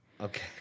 Okay